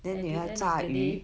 at the end of the day